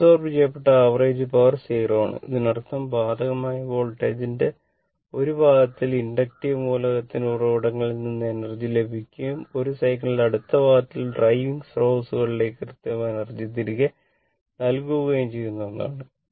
absorb ചെയ്യപ്പെട്ട average power 0 ആണ് ഇതിനർത്ഥം ബാധകമായ വോൾട്ടേജിന്റെ 1 പാദത്തിൽ ഇൻഡക്റ്റീവ് മൂലകത്തിന് ഉറവിടങ്ങളിൽ നിന്ന് എനർജി ലഭിക്കുകയും ഒരു സൈക്കിളിന്റെ അടുത്ത പാദത്തിൽ ഡ്രൈവിംഗ് സ്രോതസ്സുകളിലേക്ക് കൃത്യമായി എനർജി തിരികെ നൽകുകയും ചെയ്യുന്നു എന്നതാണ്